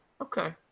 Okay